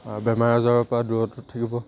বেমাৰ আজাৰৰপৰা দূৰত্বত থাকিব